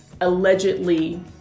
allegedly